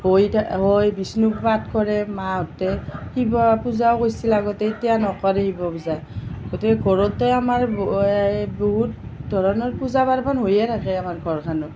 হৈ হৈ বিষ্ণুপাঠ কৰে মাহঁতে শিৱ পূজাও কৰিছিল আগতে এতিয়া নকৰে শিৱ পূজা গতিকে ঘৰতে আমাৰ বহুত ধৰণৰ পূজা পাৰ্বণ হৈয়ে থাকে আমাৰ ঘৰখনত